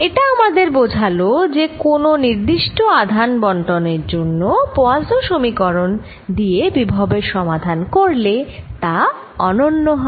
এটা আমাদের যা বোঝালো তা হল কোন নির্দিষ্ট আধান বণ্টনের জন্য পোয়াসোঁ সমীকরণ দিয়ে বিভবের সমাধান করলে তা অনন্য হয়